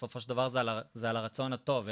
בסופו של דבר זה תלוי ברצון טוב,